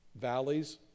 Valleys